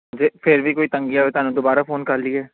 ਜੇ ਫਿਰ ਵੀ ਕੋਈ ਤੰਗੀ ਆਵੇ ਤੁਹਾਨੂੰ ਦੁਬਾਰਾ ਫੋਨ ਕਰ ਲਈਏ